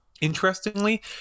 Interestingly